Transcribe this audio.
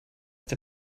der